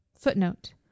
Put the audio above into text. Footnote